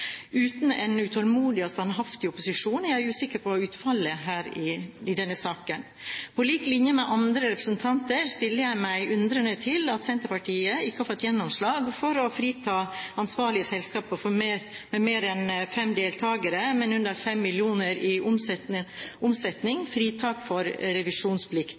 Uten en utålmodig og standhaftig opposisjon er jeg usikker på utfallet her i denne saken. På lik linje med andre representanter stiller jeg meg undrende til at Senterpartiet ikke har fått gjennomslag for å frita ansvarlige selskaper med mer enn fem deltakere, men med under 5 mill. kr i omsetning for revisjonsplikt.